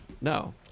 No